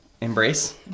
Embrace